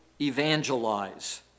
evangelize